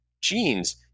genes